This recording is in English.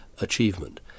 achievement